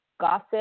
gossip